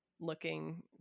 looking